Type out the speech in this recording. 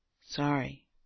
Sorry